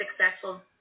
successful